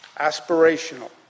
aspirational